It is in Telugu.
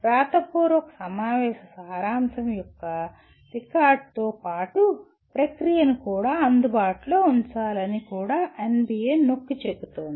వ్రాతపూర్వక సమావేశ సారాంశం యొక్క రికార్డ్తో పాటు ప్రక్రియను కూడా అందుబాటులో ఉంచాలి అని కూడా NBA నొక్కి చెబుతుంది